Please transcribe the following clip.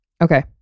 Okay